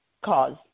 cause